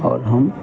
और हम